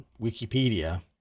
Wikipedia